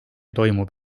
toimub